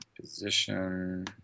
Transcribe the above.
Position